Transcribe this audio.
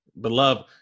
Beloved